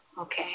okay